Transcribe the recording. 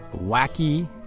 Wacky